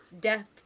Death